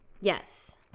Yes